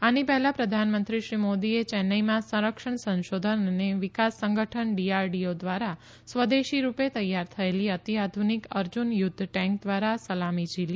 આની પહેલ પ્રધાનમંત્રી શ્રી મોદીએ ચૈન્નાઇમાં સંરક્ષણ સંશોધન અને વિકાસ સંગઠન ડીઆરડીઓ ધ્વારા સ્વદેશી રૂપે તૈયાર થયેલી અતિ આધુનિક અર્જુન યુધ્ધ ટેન્ક ધ્વારા સલામી ઝીલી